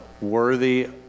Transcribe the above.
worthy